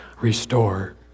restore